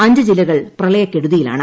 അഞ്ച് ജില്ലകൾ പ്രളയക്കെടുതിയിലാണ്